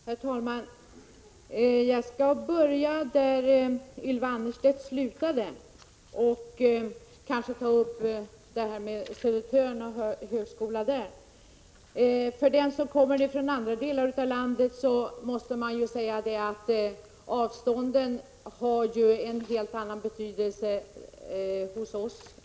Herr talman! Jag skall börja där Ylva Annerstedt slutade och ta upp frågan om en högskola på Södertörn. För dem som kommer från andra delar av landet än Stockholm har avstånden en helt annan betydelse.